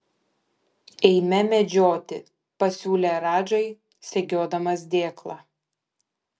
eime medžioti pasiūlė radžai segiodamas dėklą